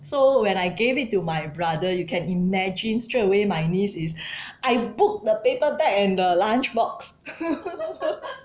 so when I gave it to my brother you can imagine straight away my niece is I book the paper bag and the lunch box